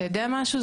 אתה יודע משהו?